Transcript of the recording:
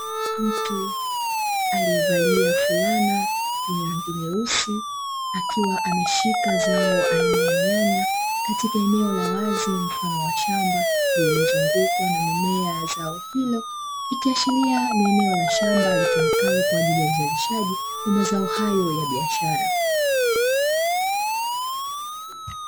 Mtu aliyavalia fulana yenye rangi nyeusi akiwa ameshika zao aina ya nyanya katika eneo la wazi mfano wa shamba lililozungukwa na mimea mfano wa zao hilo, ikiashiria kuwa ni eneo la shamba litumikalo kwa ajili ya uzalishaji wa mazao haya ya biashara.